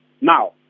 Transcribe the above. Now